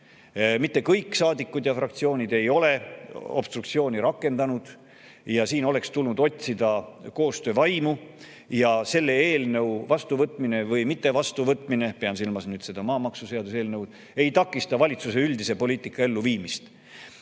Mitte kõik saadikud ja fraktsioonid ei ole obstruktsiooni rakendanud ja siin oleks tulnud otsida koostöövaimu. Selle eelnõu vastuvõtmine või mittevastuvõtmine, pean silmas seda maamaksuseaduse eelnõu, ei takista valitsuse üldise poliitika elluviimist.